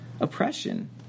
oppression